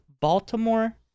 Baltimore